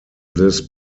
this